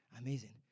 Amazing